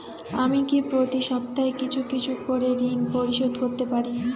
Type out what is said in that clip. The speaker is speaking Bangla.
আমি কি প্রতি সপ্তাহে কিছু কিছু করে ঋন পরিশোধ করতে পারি?